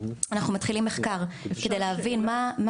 אנחנו מתחילים מחקר כדי להבין מה הם